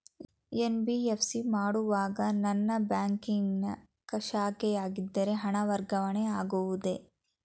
NBFC ಮಾಡುವಾಗ ನನ್ನ ಬ್ಯಾಂಕಿನ ಶಾಖೆಯಾಗಿದ್ದರೆ ಹಣ ವರ್ಗಾವಣೆ ಆಗುವುದೇ?